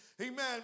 Amen